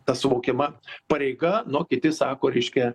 tas suvokiama pareiga na o kiti sako reiškia